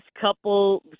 couple